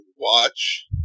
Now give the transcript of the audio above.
watch